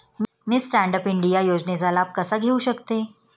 मी stand up India योजनेचा लाभ कसा घेऊ शकते